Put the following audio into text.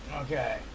Okay